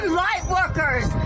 lightworkers